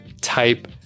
type